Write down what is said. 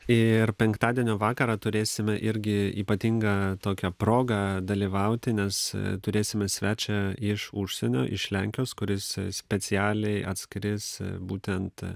ir penktadienio vakarą turėsime irgi ypatingą tokia progą dalyvauti nes turėsime svečią iš užsienio iš lenkijos kuris specialiai atskris būtent